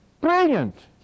Brilliant